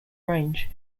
range